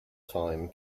time